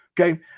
Okay